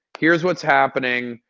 here's what's happening.